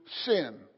sin